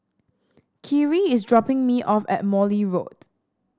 khiry is dropping me off at Morley Road